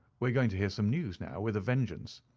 we are going to hear some news now with a vengeance!